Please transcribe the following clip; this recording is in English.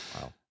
Wow